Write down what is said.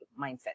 mindset